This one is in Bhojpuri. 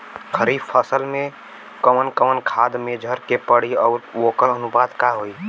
खरीफ फसल में कवन कवन खाद्य मेझर के पड़ी अउर वोकर अनुपात का होई?